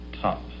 Top